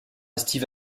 steve